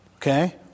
Okay